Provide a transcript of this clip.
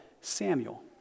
Samuel